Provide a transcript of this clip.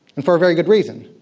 and for a very good reason.